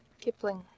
Kipling